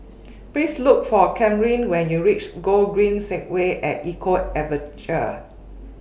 Please Look For Kamryn when YOU REACH Gogreen Segway At Eco Adventure